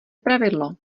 pravidlo